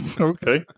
Okay